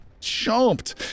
Chomped